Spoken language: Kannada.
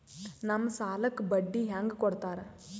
ನಮ್ ಸಾಲಕ್ ಬಡ್ಡಿ ಹ್ಯಾಂಗ ಕೊಡ್ತಾರ?